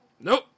Nope